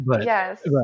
Yes